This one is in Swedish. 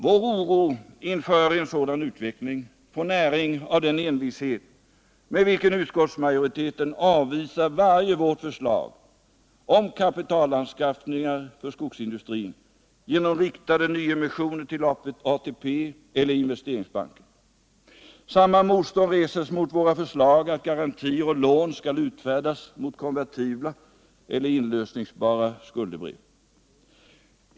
Vår oro inför en sådan utveckling får näring av den envishet med vilken utskottsmajoriteten avvisar varje vårt förslag om kapitalanskaffning för skogsindustrin genom riktade nyemissioner till fjärde AP-fonden eller Investeringsbanken. Samma motstånd reses mot våra förslag att garantier och lån skall utfärdas mot konvertibla eller inlösningsbara skuldebrev.